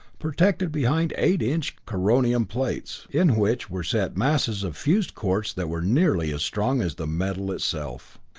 protected behind eight-inch coronium plates in which were set masses of fused quartz that were nearly as strong as the metal itself.